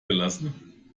gelassen